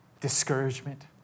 discouragement